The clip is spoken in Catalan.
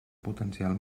potencial